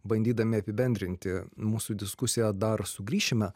bandydami apibendrinti mūsų diskusiją dar sugrįšime